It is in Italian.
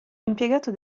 impiegato